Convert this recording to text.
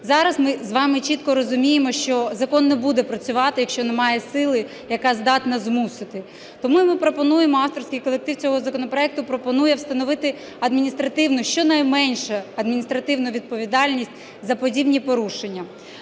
Зараз ми з вами чітко розуміємо, що закон не буде працювати, якщо немає сили, яка здатна змусити. Тому ми пропонуємо, авторський колектив цього законопроекту пропонує встановити адміністративну, щонайменше адміністративну відповідальність за подібні порушення.